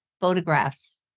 photographs